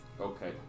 Okay